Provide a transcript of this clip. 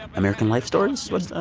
american life stories what.